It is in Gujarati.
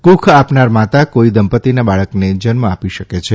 કૂખ આપનાર માતા કોઇ દંપતિના બાળકને જન્મ આપી શકે છે